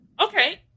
Okay